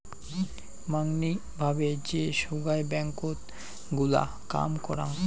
মাঙনি ভাবে যে সোগায় ব্যাঙ্কত গুলা কাম করাং